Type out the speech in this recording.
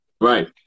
right